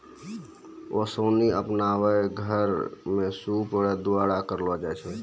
ओसानी आपनो घर मे सूप रो द्वारा करलो जाय छै